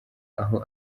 aho